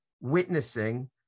witnessing